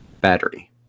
battery